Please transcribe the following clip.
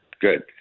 Good